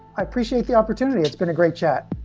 i appreciate the opportunity. it's been a great chat